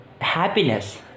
happiness